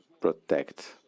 protect